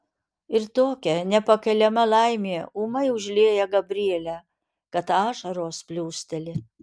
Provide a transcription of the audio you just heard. ir tokia nepakeliama laimė ūmai užlieja gabrielę kad ašaros plūsteli